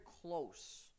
close